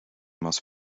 most